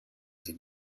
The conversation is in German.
dem